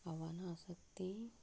आव्हानां आसात तीं